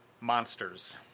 Monsters